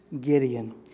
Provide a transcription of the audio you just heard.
Gideon